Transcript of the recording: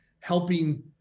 helping